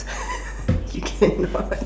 you cannot